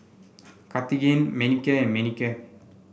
Cartigain Manicare and Manicare